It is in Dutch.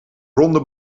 ronde